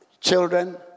children